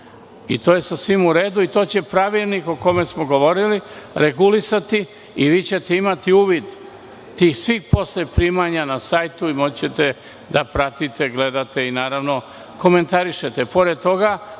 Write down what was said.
To je sasvim u redu, i to će pravilnik o kome smo govorili regulisati i vi ćete imati uvid svih primanja na sajtu, i moći ćete da pratite, gledate, i naravno komentarišete. Pored